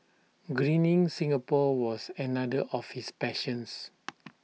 Greening Singapore was another of his passions